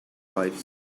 lives